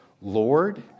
Lord